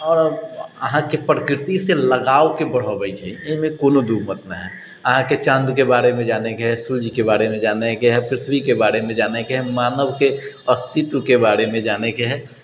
आओर अहाँके प्रकृतिसँ लगावके बढ़ाबै छै एहिमे कोनो दू मत नहि अहाँके चाँदके बारेमे जानैके हइ सूर्यके बारेमे जानैके हइ पृथ्वीके बारेमे जानैके हइ मानवके अस्तित्वके बारेमे जानैके हइ